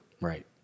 Right